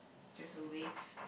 just a wave